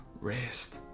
rest